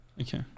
Okay